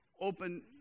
open